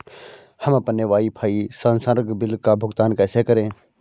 हम अपने वाईफाई संसर्ग बिल का भुगतान कैसे करें?